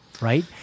right